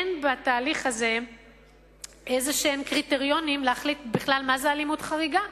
אין בתהליך הזה קריטריונים להחליט בכלל מהי אלימות חריגה.